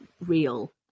real